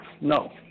no